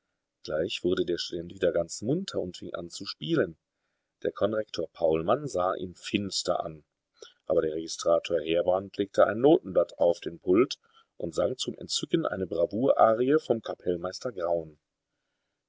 gleich wurde der student wieder ganz munter und fing an zu spielen der konrektor paulmann sah ihn finster an aber der registrator heerbrand legte ein notenblatt auf den pult und sang zum entzücken eine bravour-arie vom kapellmeister